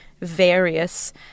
various